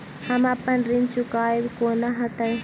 हम अप्पन ऋण चुकाइब कोना हैतय?